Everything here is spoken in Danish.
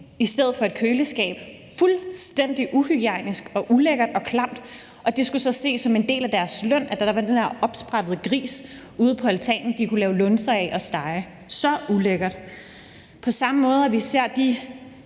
i stedet for i et køleskab. Det var fuldstændig uhygiejnisk og ulækkert og klamt, og det skulle så ses som en del af deres løn, at der var den her opsprættede gris ude på altanen, som de kunne tage lunser af og stege – så ulækkert! På samme måde har vi set de